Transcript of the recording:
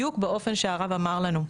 בדיוק באופן שהרב אמר לנו.